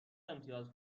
امتیاز